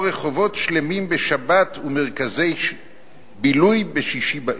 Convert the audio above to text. רחובות שלמים בשבת ומרכזי בילוי בשישי בערב".